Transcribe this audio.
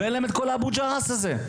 ואין להם את כל כאב הראש הזה.